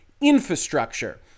infrastructure